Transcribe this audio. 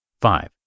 Five